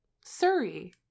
Surrey